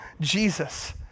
Jesus